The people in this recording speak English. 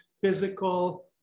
physical